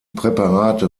präparate